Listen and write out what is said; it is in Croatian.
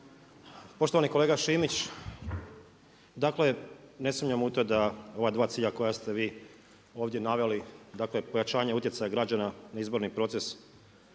Poštovani kolega Šimić dakle ne sumnjam u to da ova dva cilja koja ste vi ovdje naveli, dakle pojačanje utjecaja građana na izborni proces